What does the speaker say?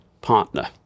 partner